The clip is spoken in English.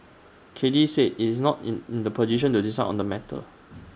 Cathay said IT is not in in the position to decide on the matter